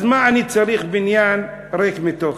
אז מה אני צריך בניין ריק מתוכן?